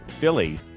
philly